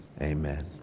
Amen